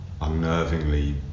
unnervingly